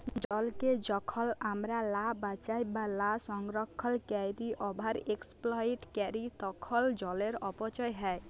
জলকে যখল আমরা লা বাঁচায় বা লা সংরক্ষল ক্যইরে ওভার এক্সপ্লইট ক্যরি তখল জলের অপচয় হ্যয়